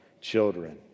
children